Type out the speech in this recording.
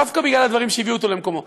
דווקא בגלל הדברים שהביאו אותו למקומו.